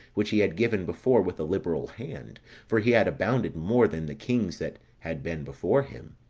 which he had given before with a liberal hand for he had abounded more than the kings that had been before him.